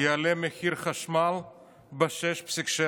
יעלה מחיר החשמל ב-6.7%;